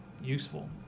useful